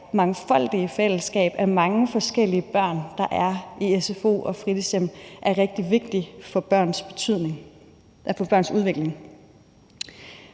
der mangfoldige fællesskab af mange forskellige børn, der er i sfo og fritidshjem, er rigtig vigtigt for børns udvikling.